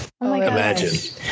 imagine